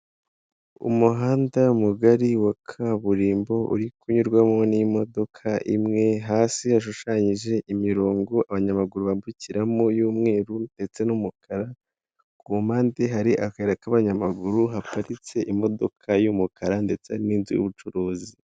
Umuhanda mugari wa kaburimbo uri kunyurwamo n'imodoka imwe hasi. Hasi hashushanyije imirongo abanyamaguru bambukiramo y'umweru ndetse n'umukara, ku mpande hari aka k'abanyamaguru haparitse imodoka y'umukara ndetse n'inzu y'ubucuruzi.